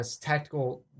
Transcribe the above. tactical